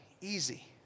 easy